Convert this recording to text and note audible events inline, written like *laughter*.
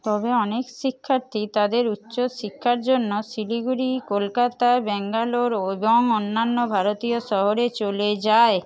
তবে অনেক শিক্ষার্থী তাদের উচ্চশিক্ষার জন্য শিলিগুড়ি কলকাতা ব্যাঙ্গালোর *unintelligible* এবং অন্যান্য ভারতীয় শহরে চলে যায়